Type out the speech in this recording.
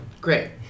Great